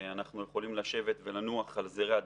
שאנחנו יכולים לשבת ולנוח על זרי הדפנה,